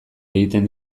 egiten